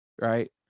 Right